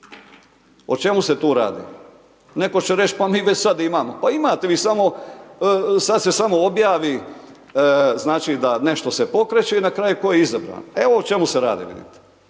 O čemu se tu radi, netko će reć pa mi već sad imamo, pa imate vi samo, sad se samo objavi znači da nešto se pokreće i na kraju tko je izabran. Evo o čemu se radi, vidite.